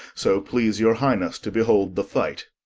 so please your highnesse to behold the fight